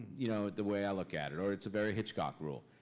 you know the way i look at it. or it's a very hitchcock rule.